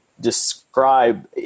describe